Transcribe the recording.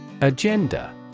Agenda